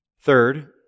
Third